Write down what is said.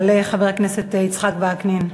יעלה חבר הכנסת יצחק וקנין.